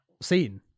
scene